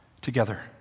together